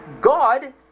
God